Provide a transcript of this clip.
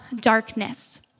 darkness